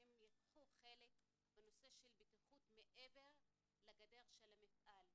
שהם ייקחו חלק בנושא של בטיחות מעבר לגדר של המפעל.